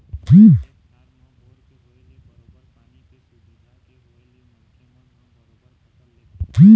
खेत खार म बोर के होय ले बरोबर पानी के सुबिधा के होय ले मनखे मन ह बरोबर फसल लेथे